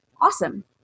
awesome